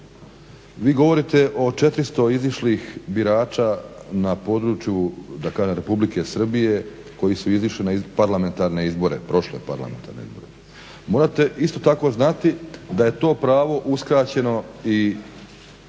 Vi govorite o 400 izišlih birača na području, da kažem Republike Srbije koji su izišli na parlamentarne izbore, prošle parlamentarne izbore. Morate isto tako znati da je to pravo uskraćeno i